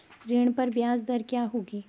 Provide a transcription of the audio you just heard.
ऋण पर ब्याज दर क्या होगी?